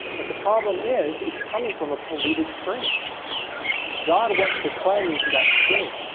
but the problem is it's coming from a polluted spring god wants to cleanse that spring